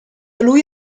lui